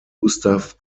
gustav